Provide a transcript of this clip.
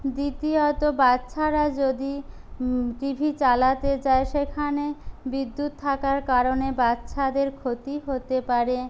দ্বিতীয়ত বাচ্চারা যদি টিভি চালাতে চায় সেখানে বিদ্যুৎ থাকার কারণে বাচ্চাদের ক্ষতি হতে পারে